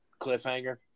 cliffhanger